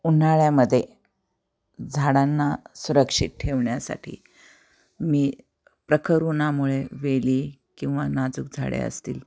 उन्हाळ्यामध्ये झाडांना सुरक्षित ठेवण्यासाठी मी प्रखर उउन्हामुळे वेली किंवा नाजूक झाडे असतील